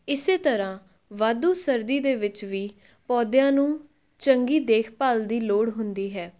ਇਸੇ ਤਰ੍ਹਾਂ ਵਾਧੂ ਸਰਦੀ ਦੇ ਵਿੱਚ ਵੀ ਪੌਦਿਆਂ ਨੂੰ ਚੰਗੀ ਦੇਖਭਾਲ ਦੀ ਲੋੜ ਹੁੰਦੀ ਹੈ